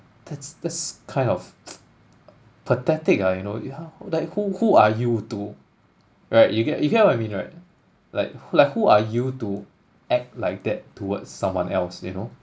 that's that's kind of pathetic ah you know yeah like who who are you to right you get you get what I mean right like like who are you to act like that towards someone else you know